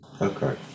okay